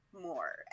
more